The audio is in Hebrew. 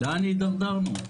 לאן הידרדרנו?